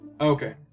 Okay